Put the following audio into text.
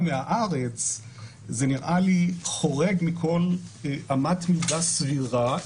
מהארץ נראית לי חורגת מכל אמת מידה סבירה,